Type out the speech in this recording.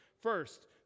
First